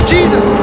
Jesus